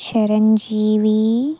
Chiranjeevi